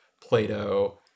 Plato